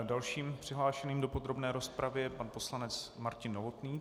Dalším přihlášeným do podrobné rozpravy je pan poslanec Martin Novotný.